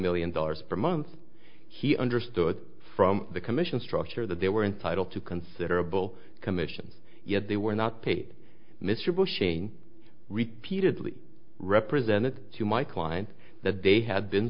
million dollars per month he understood from the commission structure that they were entitled to considerable commissions yet they were not paid mr bushing repeated lee represented to my client that they had been